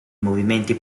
movimenti